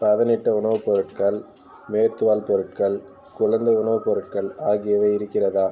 பதனிட்ட உணவுப் பொருட்கள் மேற்தூவல் பொருட்கள் குழந்தை உணவுப் பொருட்கள் ஆகியவை இருக்கிறதா